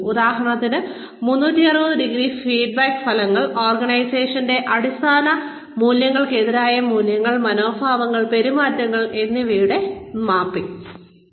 ഉദാഹരണത്തിന് 360° ഫീഡ്ബാക്ക് ഫലങ്ങൾ ഓർഗനൈസേഷന്റെ അടിസ്ഥാന മൂല്യങ്ങൾക്കെതിരായ മൂല്യങ്ങൾ മനോഭാവങ്ങൾ പെരുമാറ്റങ്ങൾ എന്നിവയുടെ മാപ്പിംഗ്